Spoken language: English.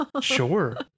Sure